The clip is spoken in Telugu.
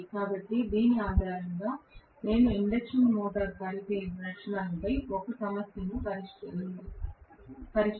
కాబట్టి దీని ఆధారంగా నేను ఈ ఇండక్షన్ మోటార్ పనితీరు లక్షణాలపై ఒక సమస్యను పరిష్కరించడానికి ప్రయత్నిస్తాను